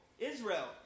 Israel